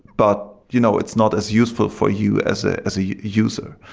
but you know it's not as useful for you as ah as a user.